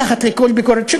מתחת לכל ביקורת,